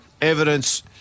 evidence